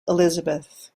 elizabeth